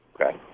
okay